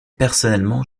personnellement